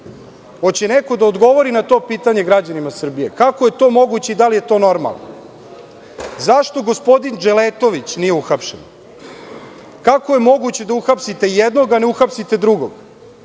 Hoće li neko da odgovori na to pitanje građanima Srbije – kako je to moguće i da li je to normalno? Zašto gospodin Dželetović nije uhapšen? Kako je moguće da uhapsite jednog a ne uhapsite drugog?